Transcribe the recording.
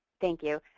thank you.